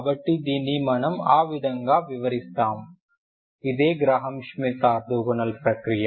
కాబట్టి దీన్ని మనము ఆ విధంగా వివరిస్తాము ఇదే గ్రాహం ష్మిత్ ఆర్తోగోనల్ ప్రక్రియ